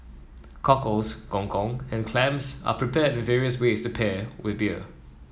cockles gong gong and clams are prepared in various ways to pair with beer